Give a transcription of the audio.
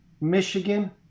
Michigan